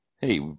Hey